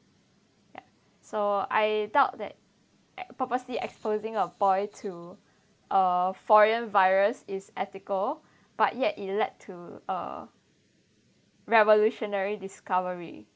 ya so I doubt that purposely exposing a boy to a foreign virus is ethical but yet it led to a revolutionary discovery